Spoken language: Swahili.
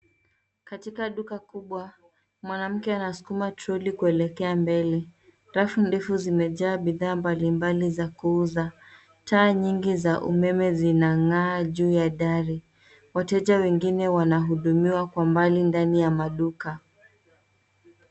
Katika duka kubwa, mwanamke anasukuma troli kuelekea mbele. Rafu ndefu zimejaa bidhaa mbalimbali za kuuza. Taa nyingi za umeme zinang'aa juu ya dari. Wateja wengine wanahudumiwa kwa mbali ndani ya maduka.